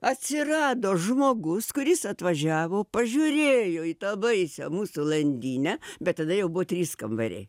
atsirado žmogus kuris atvažiavo pažiūrėjo į tą baisią mūsų landynę bet tada jau buvo trys kambariai